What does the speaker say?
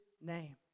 name